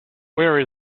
where